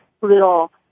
little